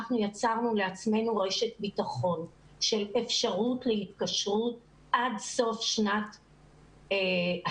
אנחנו יצרנו לעצמנו רשת ביטחון של אפשרות להתקשרות עד סוף שנת הלימודים,